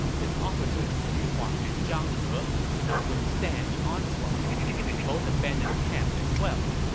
his officers xu huang and zhang he could not withstand the onslaught, so they both abandoned camp as well.